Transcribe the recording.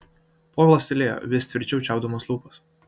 povilas tylėjo vis tvirčiau čiaupdamas lūpas